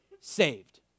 saved